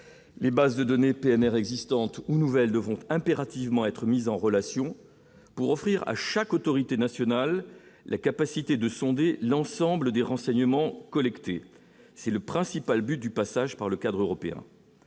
les bases de données PNR existantes ou nouvelles devront impérativement être mises en relation, pour offrir à chaque autorité nationale la capacité de sonder l'ensemble des renseignements collectés, c'est le principal but du passage par le cadre européen